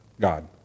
God